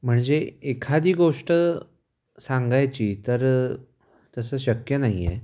म्हणजे एखादी गोष्ट सांगायची तर तसं शक्य नाही आहे